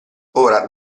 ora